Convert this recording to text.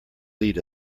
lead